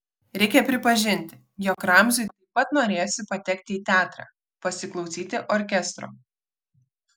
reikia pripažinti jog ramziui taip pat norėjosi patekti į teatrą pasiklausyti orkestro